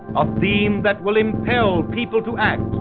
a theme that will impel people to act,